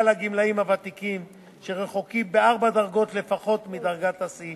הגמלאים הוותיקים שרחוקים בארבע דרגות לפחות מדרגת השיא